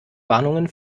warnungen